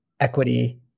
equity